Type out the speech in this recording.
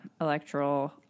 electoral